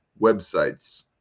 websites